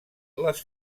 les